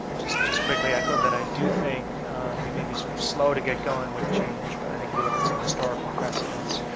and just just quickly echo that i do think we may be sort of slow to get going with change, but i think if you look at some historical precedents,